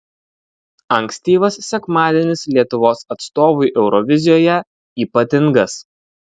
ankstyvas sekmadienis lietuvos atstovui eurovizijoje ypatingas